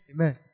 Amen